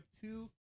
two